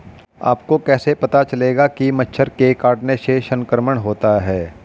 आपको कैसे पता चलेगा कि मच्छर के काटने से संक्रमण होता है?